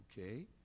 Okay